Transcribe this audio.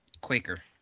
Quaker